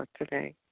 today